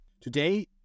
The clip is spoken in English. Today